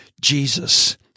Jesus